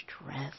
stress